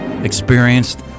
experienced